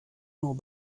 nur